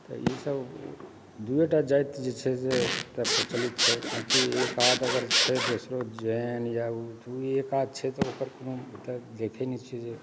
तऽ ईसब दुएटा जाइत जे छै से एतय प्रचलित छै बाँकि एक आध अगर छै दोसरो जनैया एक आध छै तऽ ओकर कोनो देखैया नहि छियै जे